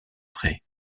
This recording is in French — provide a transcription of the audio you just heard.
près